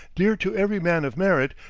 dear to every man of merit,